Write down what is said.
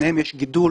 שבשניהם יש גידול